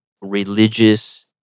religious